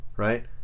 right